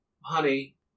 Honey